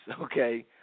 okay